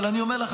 אבל אני אומר לך,